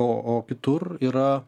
o o kitur yra